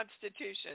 Constitution